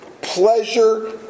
pleasure